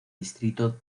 distrito